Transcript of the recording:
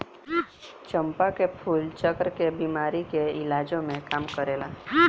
चंपा के फूल चरक के बेमारी के इलाजो में काम करेला